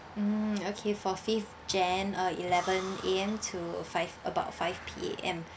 mm okay for fifth jan uh eleven A_M to five about five P_M